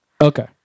Okay